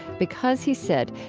because, he said,